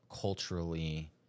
culturally